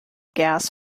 gas